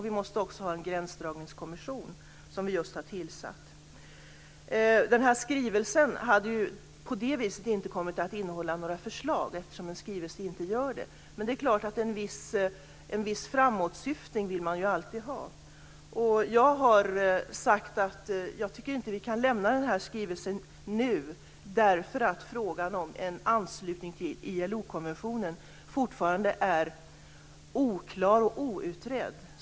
Vi måste också ha en gränsdragningskommission, och den har vi just tillsatt. En skrivelse innehåller inte några förslag, men det är klart att man alltid vill ha en viss framåtsyftning. Jag har sagt att jag inte tycker att vi kan lägga fram denna skrivelse nu eftersom frågan om en anslutning till ILO-konventionen fortfarande är oklar och outredd.